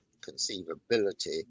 conceivability